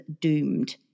doomed